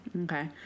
okay